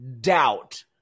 doubt